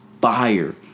fire